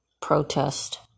protest